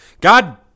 God